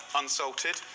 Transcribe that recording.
unsalted